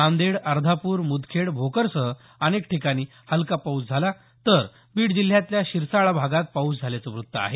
नांदेड अर्धापूर मुदखेड भोकरसह अनेक ठिकाणी हलका पाऊस झाला तर बीड जिल्ह्यातल्या सिरसाळा भागात पाऊस झाल्याचं वृत्त आहे